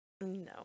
No